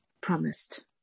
promised